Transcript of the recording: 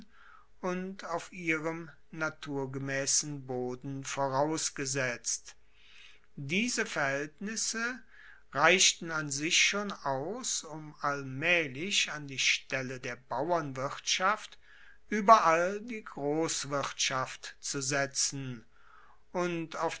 und auf ihrem naturgemaessen boden vorausgesetzt diese verhaeltnisse reichten an sich schon aus um allmaehlich an die stelle der bauernwirtschaft ueberall die grosswirtschaft zu setzen und